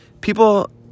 People